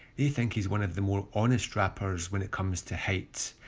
they think he's one of the more honest rappers when it comes to height,